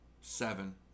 seven